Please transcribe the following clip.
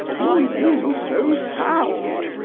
nor you so stout.